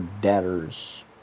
debtors